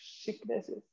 sicknesses